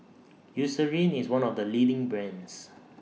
Eucerin IS one of The leading brands